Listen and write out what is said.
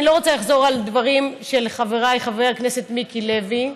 אני לא רוצה לחזור על הדברים של חברי חבר הכנסת מיקי לוי,